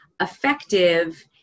effective